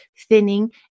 thinning